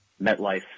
MetLife